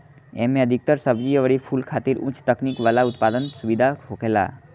एमे अधिकतर सब्जी अउरी फूल खातिर उच्च तकनीकी वाला उत्पादन सुविधा होखेला